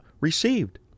received